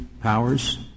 powers